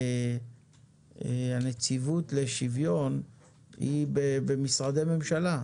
הנציבות לשוויון היא במשרדי הממשלה,